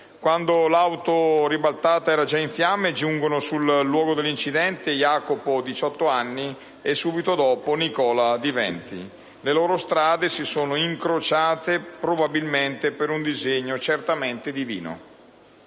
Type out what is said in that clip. Quando l'auto ribaltata era già in fiamme, giungono sul luogo dell'incidente Jacopo, 18 anni, e subito dopo Nicola, di 20. Le loro strade si sono incrociate probabilmente per un disegno divino.